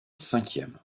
cinquième